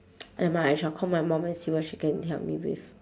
never mind I shall call my mum and see what she can help me with